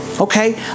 Okay